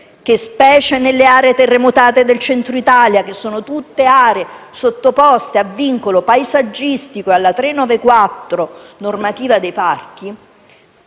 che, specie nelle aree terremotate del Centro Italia (che sono tutte sottoposte a vincolo paesaggistico e alla normativa sui parchi,